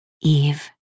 Eve